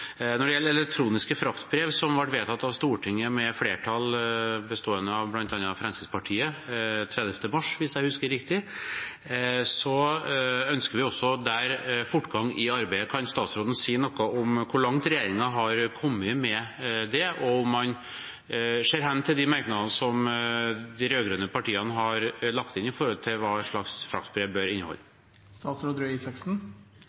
Når det gjelder elektroniske fraktbrev, som ble vedtatt av Stortinget med et flertall bestående av bl.a. Fremskrittspartiet den 31. mars, ønsker vi også der fortgang i arbeidet. Kan statsråden si noe om hvor langt regjeringen er kommet med det, og om han ser hen til de merknadene som de rød-grønne partiene har lagt inn om hva den slags fraktbrev bør